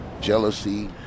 jealousy